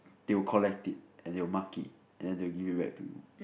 they will collect it and they will mark it and then they will give it back to you